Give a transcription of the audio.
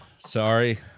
Sorry